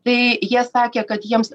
tai jie sakė kad jiems